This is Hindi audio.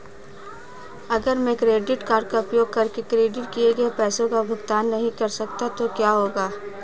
अगर मैं क्रेडिट कार्ड का उपयोग करके क्रेडिट किए गए पैसे का भुगतान नहीं कर सकता तो क्या होगा?